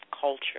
culture